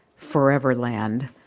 Foreverland